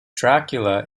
dracula